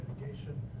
mitigation